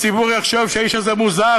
הציבור יחשוב שהאיש הזה מוזר,